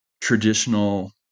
traditional